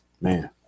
man